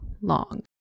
long